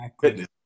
fitness